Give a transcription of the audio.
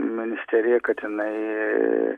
ministeriją kad jinai